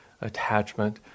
attachment